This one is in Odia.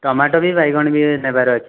ଟମାଟ ବି ବାଇଗଣ ବି ନେବାର ଅଛି